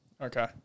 Okay